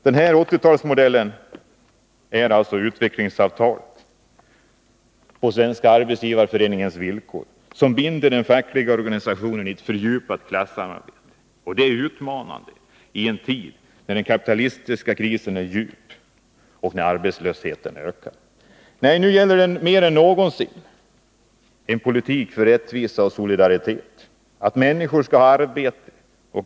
Utvecklingsavtalet är en Onsdagen den del av den här modellen — på Svenska arbetsgivareföreningens villkor, som 8 december 1982 binder den fackliga organisationen i ett fördjupat klassamarbete. Och det är utmanande i en tid när den kapitalistiska krisen är djup och när arbetslösheten ökar. Nej, nu gäller det mer än någonsin att föra en politik för rättvisa och solidaritet. Människor skall ha arbete.